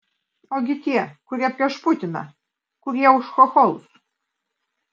ogi tie kurie prieš putiną kurie už chocholus